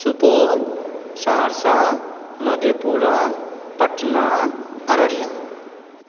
Supaul Saharsa Madhepura Patna Araria